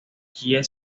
hye